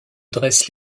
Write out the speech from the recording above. dresse